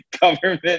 government